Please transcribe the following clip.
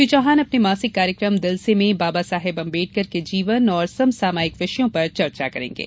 श्री चौहान अपने मासिक कार्यक्रम दिल से में बाबा साहेब अम्बेड़कर के जीवन और समसामयिक विषयों पर चर्चा करेंगे